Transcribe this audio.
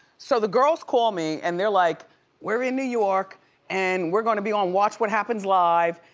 so the girls call me and they're like we're in new york and we're gonna be on watch what happens live,